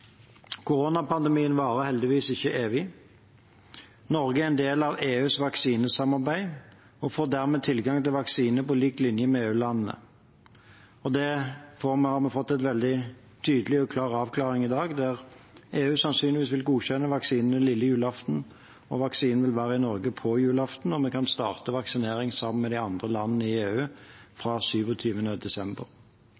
Koronapandemien varer heldigvis ikke evig. Norge er en del av EUs vaksinesamarbeid og får dermed tilgang til vaksiner på lik linje med EU-landene. Der har vi fått en veldig tydelig avklaring i dag. EU vil sannsynligvis godkjenne vaksinen lille julaften, vaksinen vil være i Norge på julaften, og vi kan starte vaksineringen sammen med de andre landene i EU